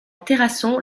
terrasson